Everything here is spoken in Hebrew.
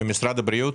הבריאות.